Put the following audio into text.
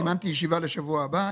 זימנתי ישיבה לשבוע הבא,